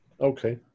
Okay